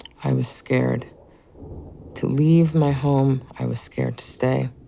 i was scared to leave my home, i was scared to stay.